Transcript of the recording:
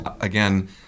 again